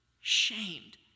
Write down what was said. shamed